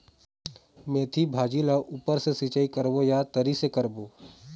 मेंथी भाजी ला ऊपर से सिचाई करबो या तरी से करबो?